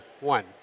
one